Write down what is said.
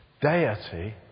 deity